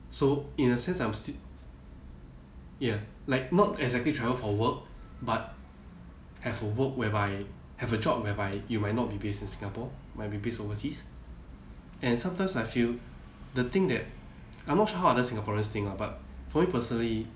so in a sense I'm still ya like not exactly travel for work but have a work whereby have a job whereby you might not be based in singapore might be based overseas and sometimes I feel the thing that I'm not sure how other singaporeans think lah but for me personally